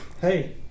Hey